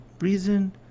reason